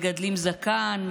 מגדלים זקן,